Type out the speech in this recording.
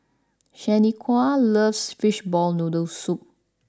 Shaniqua loves Fishball Noodle Soup